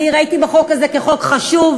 אני ראיתי בחוק הזה חוק חשוב.